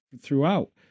throughout